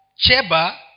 Cheba